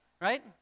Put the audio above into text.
right